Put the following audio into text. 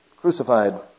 crucified